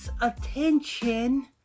attention